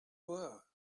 were